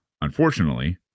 unfortunately